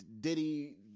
Diddy